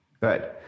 good